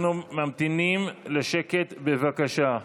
אנחנו ממתינים לשקט, בבקשה.